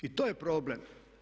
I to je problem.